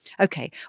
okay